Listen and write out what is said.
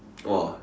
!wah!